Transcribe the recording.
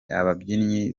ababyinnyi